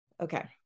Okay